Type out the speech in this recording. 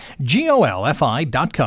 G-O-L-F-I.com